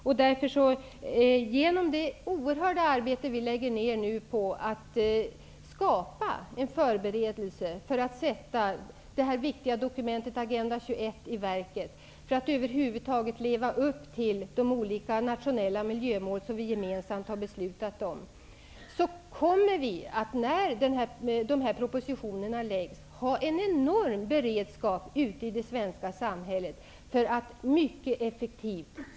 Vi lägger ner ett oerhört arbete på förberedelser för att kunna sätta det viktiga dokumentet Agenda 21 i verket och för att över huvud taget kunna leva upp till de olika nationella miljömål som vi gemensamt har beslutat om. När propositionerna läggs fram kommer vi att ha en enorm beredskap ute i det svenska samhället för att kunna agera effektivt.